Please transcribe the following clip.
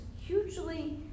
hugely